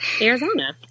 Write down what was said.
Arizona